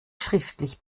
schriftlich